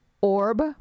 Orb